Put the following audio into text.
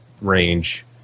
range